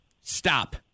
stop